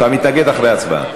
אתה מתנגד אחרי ההצבעה.